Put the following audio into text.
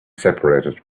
separated